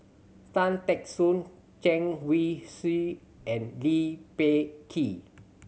Tan Teck Soon Chen Wen Hsi and Lee Peh Gee